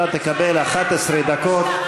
אתה תקבל 11 דקות,